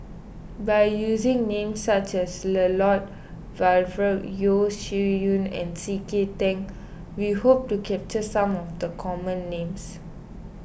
by using names such as Lloyd Valberg Yeo Shih Yun and C K Tang we hope to capture some of the common names